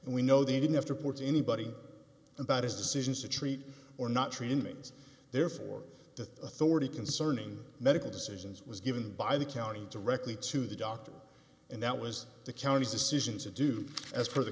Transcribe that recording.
and we know they didn't have to ports anybody about his decisions to treat or not treat innings therefore the authority concerning medical decisions was given by the county directly to the doctor and that was the county's decision to do as per the